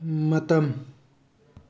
ꯃꯇꯝ